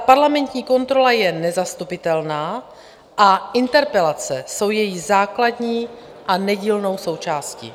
Parlamentní kontrola je nezastupitelná a interpelace jsou její základní a nedílnou součástí.